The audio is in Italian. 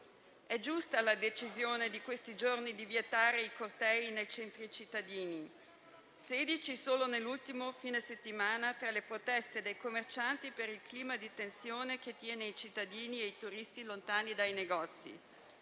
È giusta la decisione di questi giorni di vietare i cortei nei centri cittadini (16 solo nell'ultimo fine settimana), che si svolgono tra le proteste dei commercianti per il clima di tensione che tiene i cittadini e i turisti lontani dai negozi;